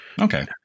Okay